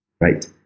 Right